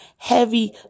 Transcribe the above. Heavy